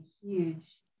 huge